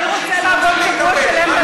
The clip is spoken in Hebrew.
מי רוצה לעבוד שבוע שלם בלילה מתוך שבועיים?